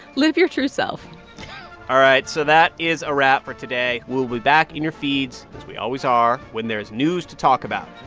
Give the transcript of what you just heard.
live your true self all right. so that is a wrap for today. we'll be back in your feeds, as we always are, when there's news to talk about.